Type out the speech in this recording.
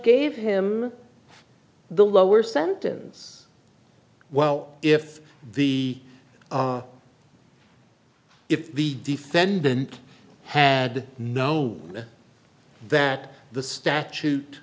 gave him the lower sentence well if the if the defendant had known that the statute